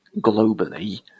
globally